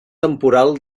temporal